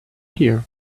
here